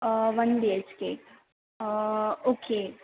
one B H K okay